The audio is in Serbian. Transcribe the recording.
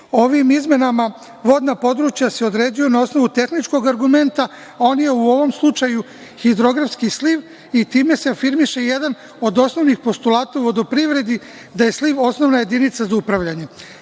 ovim izmenama vodna područja se određuju na osnovu tehničkog argumenta, a on je u ovom slučaju hidrografski sliv i time se afirmiše jedan od osnovnih postulata u vodoprivredi, da je sliv osnovna jedinica za upravljanje. Druga